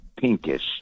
pinkish